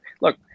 look